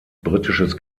britisches